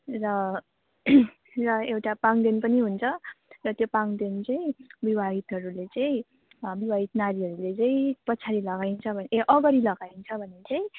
र र एउटा पाङ्देन पनि हुन्छ र त्यो पाङ्देन चाहिँ विवाहितहरूले चाहिँ विवाहित नारीहरूले चाहिँ पछाडि लगाइन्छ ए अगडि लगाइन्छ भने चाहिँ